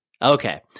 Okay